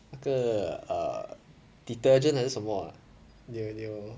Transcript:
那个 err detergent 还是什么 ah 你有你有